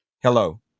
hello